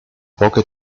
poche